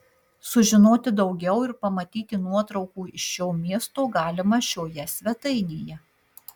sužinoti daugiau ir pamatyti nuotraukų iš šio miesto galima šioje svetainėje